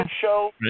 show